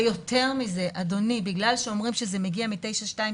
ויותר מזה, אדוני, בגלל שאומרים שזה מגיע מ-922,